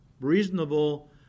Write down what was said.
reasonable